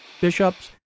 bishops